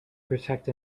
protect